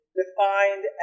defined